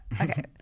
Okay